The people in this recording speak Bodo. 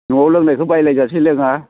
न'आव लोंनायखौ बायलाय जासे लोङा